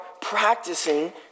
practicing